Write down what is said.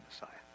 Messiah